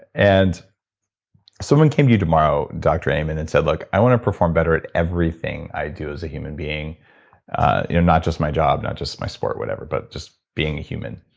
and someone came to you tomorrow dr. amen and said, look, i want to perform better at everything i do as a human being you know not just my job, not just my sport, whatever but just being human.